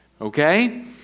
Okay